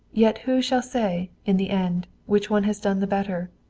yet who shall say, in the end, which one has done the better?